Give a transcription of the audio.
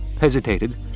hesitated